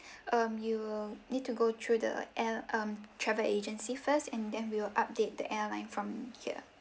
um you will need to go through the air~ um travel agency first and then we'll update the airline from here